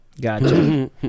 gotcha